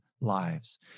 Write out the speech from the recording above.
lives